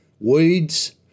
weeds